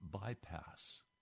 bypass